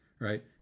right